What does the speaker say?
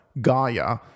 Gaia